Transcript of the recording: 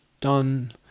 done